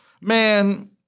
man